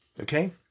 okay